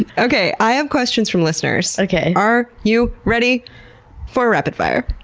and okay. i have questions from listeners. okay, are you ready for rapid fire?